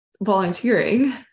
volunteering